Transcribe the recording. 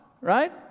right